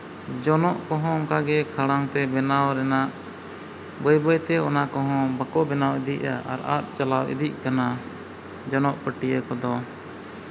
ᱡᱚᱱᱚᱜ ᱠᱚᱦᱚᱸ ᱚᱱᱠᱟᱜᱮ ᱠᱷᱟᱲᱟᱝ ᱛᱮ ᱵᱮᱱᱟᱣ ᱨᱮᱭᱟᱜ ᱵᱟᱹᱭ ᱵᱟᱹᱭ ᱛᱮ ᱚᱱᱟ ᱠᱚᱦᱚᱸ ᱵᱟᱠᱚ ᱵᱮᱱᱟᱣ ᱤᱫᱤᱭᱮᱜᱼᱟ ᱟᱨ ᱟᱫ ᱪᱟᱞᱟᱣ ᱤᱫᱤᱜ ᱠᱟᱱᱟ ᱡᱚᱱᱚᱜ ᱯᱟᱹᱴᱭᱟᱹ ᱠᱚᱫᱚ